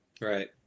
Right